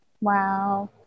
wow